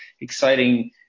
exciting